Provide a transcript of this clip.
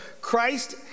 Christ